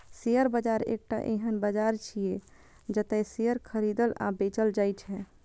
share बाजार एकटा एहन बाजार छियै, जतय शेयर खरीदल आ बेचल जाइ छै